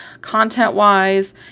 content-wise